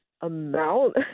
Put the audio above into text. Amount